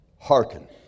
Hearken